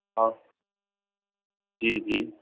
हा जी जी